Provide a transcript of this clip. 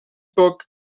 book